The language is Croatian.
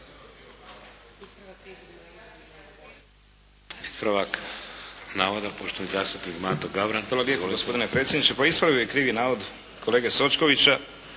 Ispravak navoda, poštovani zastupnik Mato Gavran.